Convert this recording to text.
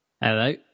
Hello